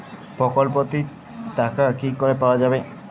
প্রকল্পটি র টাকা কি করে পাওয়া যাবে?